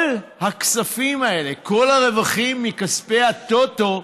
כל הכספים האלה, כל הרווחים מכספי הטוטו,